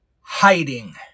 hiding